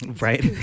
Right